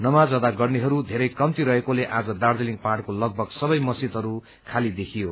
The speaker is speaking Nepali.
नमाज अदा गर्नेहरू धेरै कम्ती रहेकोले आज दार्जीलिङ पहाड़को लगभग सबै मस्जिदहरू खाली देखियो